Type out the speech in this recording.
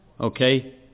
okay